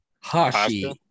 Hashi